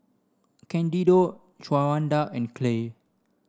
Candido Shawanda and Clay